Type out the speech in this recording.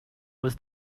was